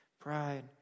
Pride